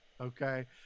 okay